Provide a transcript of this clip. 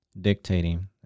dictating